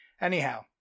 Anyhow